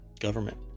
government